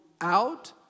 out